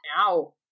Ow